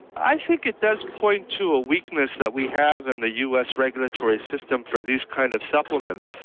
i think it does point to a weakness that we have in the us regulatory system for these kind of supplements.